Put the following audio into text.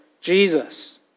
Jesus